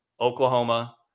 Oklahoma